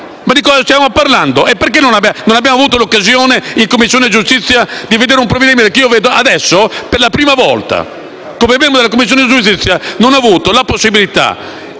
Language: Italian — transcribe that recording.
Ma di cosa stiamo parlando? Perché non abbiamo avuto l'occasione in Commissione giustizia di esaminare un provvedimento, che io vedo adesso per la prima volta? Come membro della Commissione giustizia non ho avuto la possibilità,